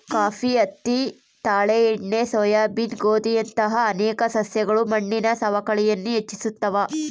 coffee ಹತ್ತಿ ತಾಳೆ ಎಣ್ಣೆ ಸೋಯಾಬೀನ್ ಗೋಧಿಯಂತಹ ಅನೇಕ ಸಸ್ಯಗಳು ಮಣ್ಣಿನ ಸವಕಳಿಯನ್ನು ಹೆಚ್ಚಿಸ್ತವ